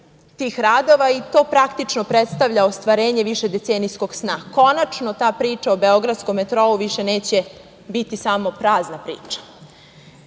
tih radova i to praktično predstavlja ostvarenje decenijskog sna. Konačno ta priča o „Beogradskom metrou“ više neće biti samo prazna